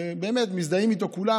ומזדהים איתו כולם,